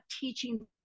teaching